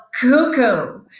cuckoo